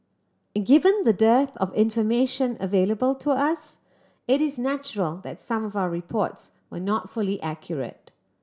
given the dearth of information available to us it is natural that some of our reports were not fully accurate